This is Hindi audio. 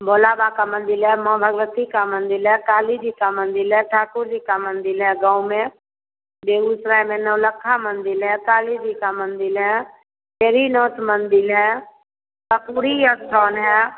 भोला बाबा का मंदिर है माँ भगवती का मंदिर है काली जी का मंदिर है ठाकुर जी का मंदिर है गाँव में बेगूसराय में नौलक्खा मंदिर है काली जी का मंदिर है नाथ मंदिर है कपूरी स्थान है